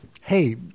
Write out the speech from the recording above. hey